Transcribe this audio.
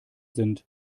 sind